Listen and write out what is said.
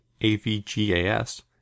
AVGAS